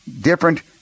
different